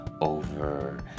over